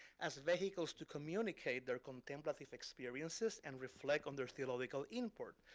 as vehicles to communicate their contemplative experiences and reflect on their theological import.